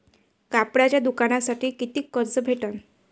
कापडाच्या दुकानासाठी कितीक कर्ज भेटन?